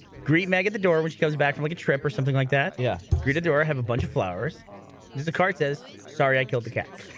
greet meg at the door, which comes back from like a trip or something like that yeah greeted or i have a bunch of flowers the card says sorry. i killed the cats